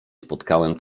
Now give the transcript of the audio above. spotkałam